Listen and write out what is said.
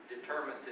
determined